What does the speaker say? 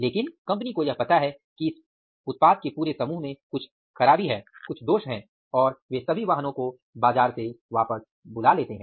लेकिन कंपनी को यह पता है कि इस पूरे समूह में कुछ खराबी है और वे सभी वाहनों को बाजार से वापस बुला लेते हैं